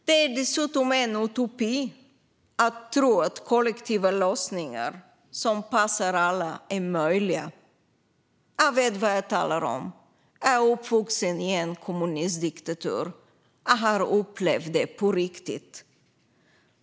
Det är dessutom en utopi att tro att kollektiva lösningar som passar alla är möjliga. Jag vet vad jag talar om. Jag är uppvuxen i en kommunistdiktatur och har upplevt det på riktigt.